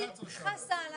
שסליחה,